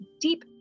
deep